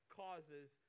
causes